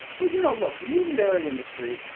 well, you know, look, the meat and dairy industry,